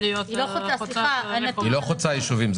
היא לא חוצת ישובים.